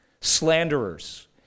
slanderers